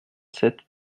sept